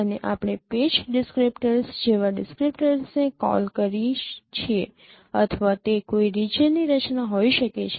અને આપણે patch descriptors જેવા ડિસ્ક્રિપ્ટર્સને કોલ કરીએ છીએ અથવા તે કોઈ રિજિયનની રચના હોઈ શકે છે